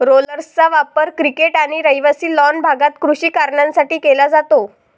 रोलर्सचा वापर क्रिकेट आणि रहिवासी लॉन भागात कृषी कारणांसाठी केला जातो